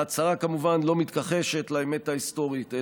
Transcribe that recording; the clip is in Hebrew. ההצהרה כמובן לא מתכחשת לאמת ההיסטורית,